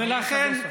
חבר הכנסת נגוסה.